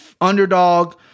underdog